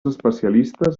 especialistes